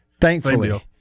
Thankfully